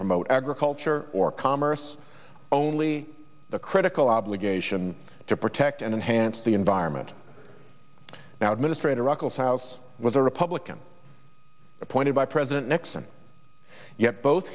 promote agriculture or commerce only the critical obligation to protect and enhance the environment now administrator eccles house was a republican appointed by president nixon yet both